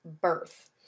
birth